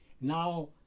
Now